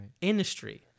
industry